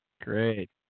Great